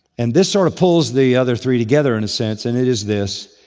and this sort of pulls the other three together, in a sense, and it is this,